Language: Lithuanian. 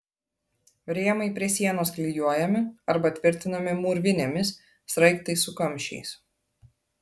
rėmai prie sienos klijuojami arba tvirtinami mūrvinėmis sraigtais su kamščiais